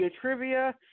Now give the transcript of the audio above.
Trivia